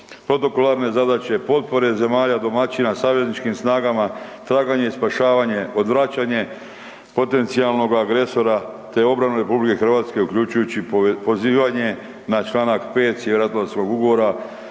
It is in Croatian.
protokolarne zadaće, potpore zemalja domaćina savezničkim snagama, traganje i spašavanje, odvraćanje potencijalnog agresora te obranu RH uključujući pozivanje na čl. 5